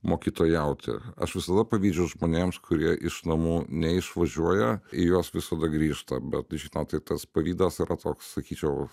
mokytojauti aš visada pavydžiu žmonėms kurie iš namų neišvažiuoja į juos visada grįžta bet iš to tai tas pavydas yra toks sakyčiau